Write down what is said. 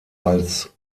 als